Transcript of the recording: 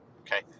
okay